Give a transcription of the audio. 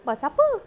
bus apa